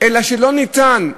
אלא שלא ניתָן.